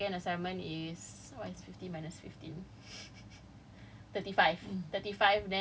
let's say my first assignment is fifteen per cent my second assignment is so what is fifty minus fifteen